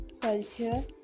culture